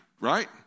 right